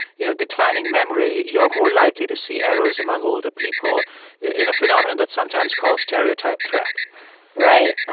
you know, declining memory, you're more likely to see errors among older people in a phenomenon that's sometimes called stereotype threat right.